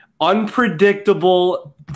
unpredictable